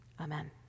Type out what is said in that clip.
Amen